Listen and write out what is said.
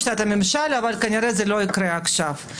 שיטת הממשל אבל כנראה לא יקרה עכשיו.